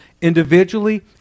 individually